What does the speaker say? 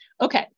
okay